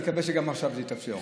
אני מקווה שגם עכשיו זה יתאפשר.